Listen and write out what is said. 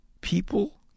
People